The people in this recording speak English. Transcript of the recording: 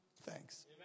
thanks